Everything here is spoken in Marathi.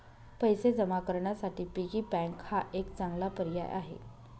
पैसे जमा करण्यासाठी पिगी बँक हा एक चांगला पर्याय आहे